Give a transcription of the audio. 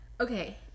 okay